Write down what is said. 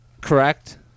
correct